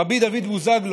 רבי דוד בוזגלו,